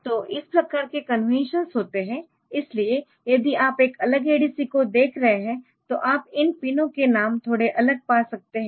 तो इस प्रकार के कन्वेंशन्स होते है इसलिए यदि आप एक अलग ADC को देख रहे है तो आप इन पिनों के नाम थोड़े अलग पा सकते है